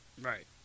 Right